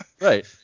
Right